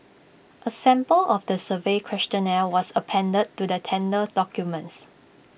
A sample of the survey questionnaire was appended to the tender documents